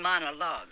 monologue